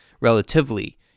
relatively